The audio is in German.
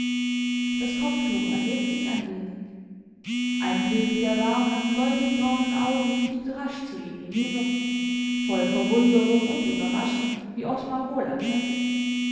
das kopftuch erhebt sich ein wenig ein blick der warmen goldigbraunen augen fliegt rasch zu ihm hinüber voll verwunderung und überraschung wie ottmar wohl erkennt